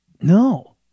no